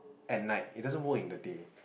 at night he doesn't work in the day